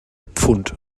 pfund